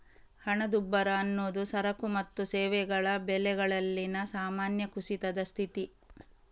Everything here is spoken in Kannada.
ಹಣದುಬ್ಬರ ಅನ್ನುದು ಸರಕು ಮತ್ತು ಸೇವೆಗಳ ಬೆಲೆಗಳಲ್ಲಿನ ಸಾಮಾನ್ಯ ಕುಸಿತದ ಸ್ಥಿತಿ